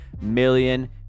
million